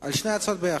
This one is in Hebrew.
על שתי ההצעות יחד.